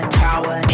power